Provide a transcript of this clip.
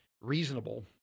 reasonable